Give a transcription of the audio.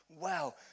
Wow